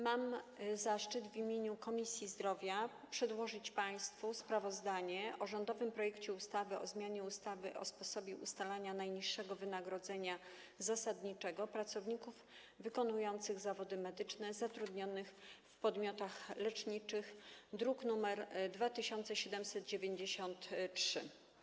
Mam zaszczyt w imieniu Komisji Zdrowia przedłożyć państwu sprawozdanie o rządowym projekcie ustawy o zmianie ustawy o sposobie ustalania najniższego wynagrodzenia zasadniczego pracowników wykonujących zawody medyczne zatrudnionych w podmiotach leczniczych, druk nr 2793.